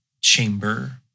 chamber